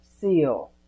seal